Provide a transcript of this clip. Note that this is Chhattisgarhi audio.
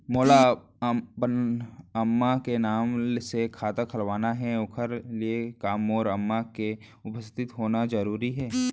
मोला अपन अम्मा के नाम से खाता खोलवाना हे ओखर लिए का मोर अम्मा के उपस्थित होना जरूरी हे?